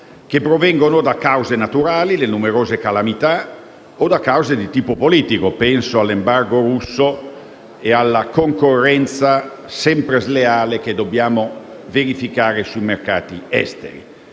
che provengono da cause naturali (le numerose calamità) o sono di tipo politico (penso all’embargo russo e alla concorrenza sempre sleale che dobbiamo verificare sui mercati esteri).